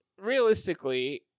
realistically